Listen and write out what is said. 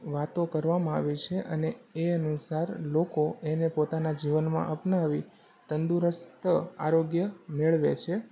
વાતો કરવામાં આવી છે અને એ અનુસાર લોકો એને પોતાના જીવનમાં અપનાવી તંદુરસ્ત આરોગ્ય મેળવે છે